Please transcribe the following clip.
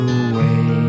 away